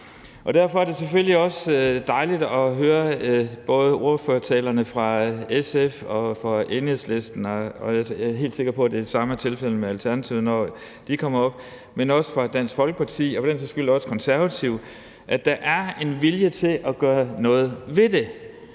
Derfor er det selvfølgelig også dejligt at høre ordførertalerne fra både SF og Enhedslisten – og jeg er helt sikker på, at det samme er tilfældet med Alternativet, når de kommer op – men også fra Dansk Folkeparti og for den sags skyld også Konservative, og at der er en vilje til at gøre noget ved det.